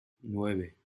nueve